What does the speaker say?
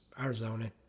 Arizona